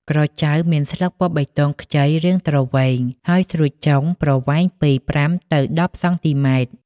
ក្រចៅ មានស្លឹកពណ៌បៃតងខ្ចី រាងទ្រវែង ហើយស្រួចចុង ប្រវែងពី ៥ ទៅ ១០ សងទីម៉ែត្រ។